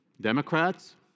Democrats